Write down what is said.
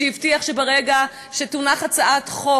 שהבטיח שברגע שתונח הצעת חוק,